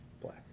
Black